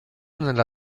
nella